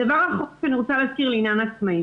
הדבר האחרון שאני רוצה להזכיר לעניין העצמאים